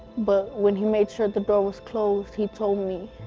but when he made sure the door was closed he told me,